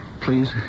please